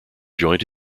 joint